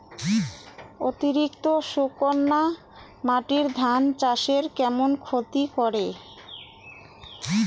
অতিরিক্ত শুকনা মাটি ধান চাষের কেমন ক্ষতি করে?